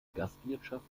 gastwirtschaft